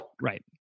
right